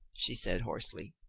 she said hoarsely.